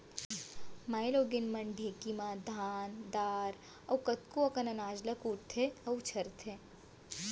माइलोगन मन ढेंकी म धान दार अउ कतको अकन अनाज ल कुटथें अउ छरथें